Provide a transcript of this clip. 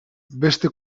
beste